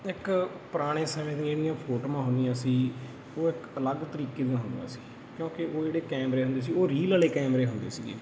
ਇੱਕ ਪੁਰਾਣੇ ਸਮੇਂ ਦੀਆਂ ਜਿਹੜੀਆਂ ਫੋਟੋਆਂ ਹੁੰਦੀਆਂ ਸੀ ਉਹ ਇੱਕ ਅਲੱਗ ਤਰੀਕੇ ਦੀਆਂ ਹੁੰਦੀਆਂ ਸੀ ਕਿਉਂਕਿ ਉਹ ਜਿਹੜੇ ਕੈਮਰੇ ਹੁੰਦੇ ਸੀ ਉਹ ਰੀਲ ਵਾਲੇ ਕੈਮਰੇ ਹੁੰਦੇ ਸੀਗੇ